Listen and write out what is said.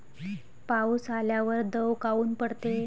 पाऊस आल्यावर दव काऊन पडते?